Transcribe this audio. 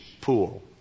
pool